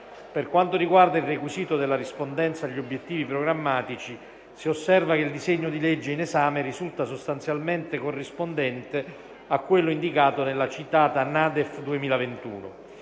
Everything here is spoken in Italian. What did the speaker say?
Per quanto riguarda il requisito della rispondenza agli obiettivi programmatici, si osserva che il disegno di legge in esame risulta sostanzialmente corrispondente a quello indicato nella citata NADEF del 2021.